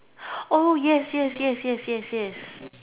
oh yes yes yes yes yes yes